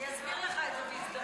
אני אסביר לך את זה בהזדמנות.